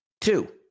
Two